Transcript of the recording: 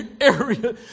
area